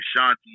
Ashanti